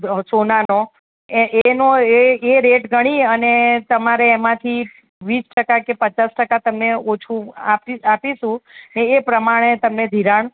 અ સોનાનો એ એનો એ રેટ ગણી અને તમારે એમાંથી વીસ ટકા કે પચાસ ટકા તમને ઓછું આપી આપીશું અને એ પ્રમાણે તમને ધિરાણ